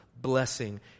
blessing